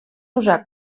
usar